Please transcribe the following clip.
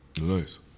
Nice